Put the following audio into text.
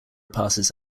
passes